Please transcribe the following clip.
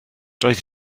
doedd